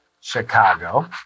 Chicago